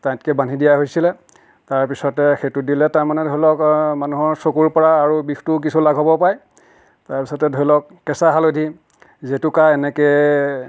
টাইটকৈ বান্ধি দিয়া হৈছিলে তাৰপিছতে সেইটো দিলে তাৰমানে ধৰি লওক মানুহৰ চকুৰ পৰা আৰু বিষটো কিছু লাঘবো পায় তাৰ পিছতে ধৰি লওক কেঁচা হালধি জেতুকা এনেকৈ